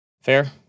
Fair